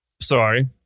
sorry